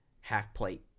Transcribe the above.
half-plate